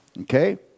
Okay